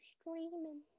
streaming